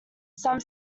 some